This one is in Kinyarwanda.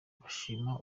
bashima